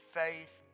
faith